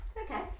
Okay